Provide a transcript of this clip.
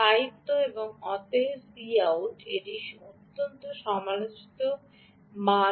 স্থায়িত্ব এবং অতএব Cout একটি অত্যন্ত সমালোচিত মান